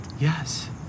Yes